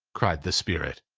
cried the spirit.